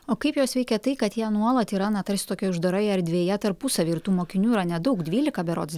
o kaip juos veikia tai kad jie nuolat yra na tarsi tokioje uždaroje erdvėje tarpusavy ir tų mokinių yra nedaug dvylika berods